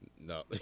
No